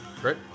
great